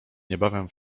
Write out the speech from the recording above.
niebawem